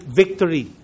victory